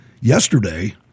yesterday